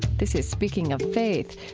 this is speaking of faith.